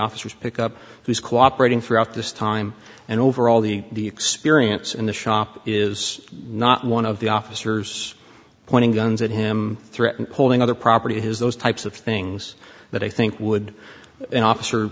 officers pick up who's cooperating throughout this time and over all the the experience in the shop is not one of the officers pointing guns at him threaten pulling other property his those types of things that i think would an officer